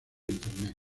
internet